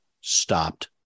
stopped